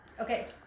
Okay